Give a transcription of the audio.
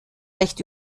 recht